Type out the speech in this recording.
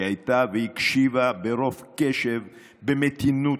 היא הייתה והיא הקשיבה ברוב קשב, במתינות,